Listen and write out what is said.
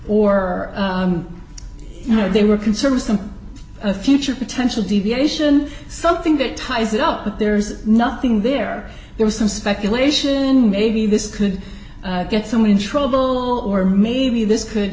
or you know they were concerned some future potential deviation something that ties it up but there's nothing there there was some speculation maybe this could get someone in trouble or maybe this could